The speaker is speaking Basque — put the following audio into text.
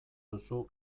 duzu